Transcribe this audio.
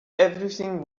everything